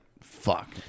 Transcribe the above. fuck